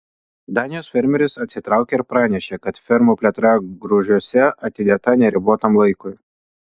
danijos fermeris atsitraukė ir pranešė kad fermų plėtra grūžiuose atidėta neribotam laikui